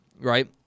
right